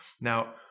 Now